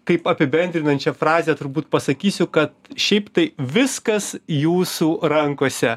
kaip apibendrinančią frazę turbūt pasakysiu kad šiaip tai viskas jūsų rankose